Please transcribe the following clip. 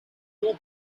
two